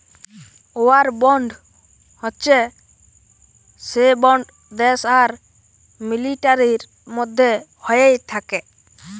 war bond হচ্যে সে bond দ্যাশ আর মিলিটারির মধ্যে হ্য়েয় থাক্যে